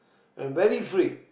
I'm very free